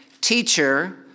Teacher